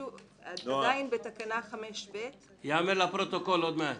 זה ייאמר לפרוטוקול עוד מעט.